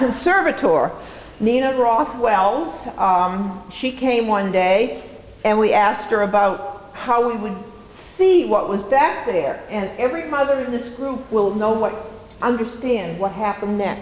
conservatory needed rothwell so she came one day and we asked her about how we would see what was back there and every mother of this group will know what i understand what happened